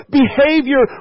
behavior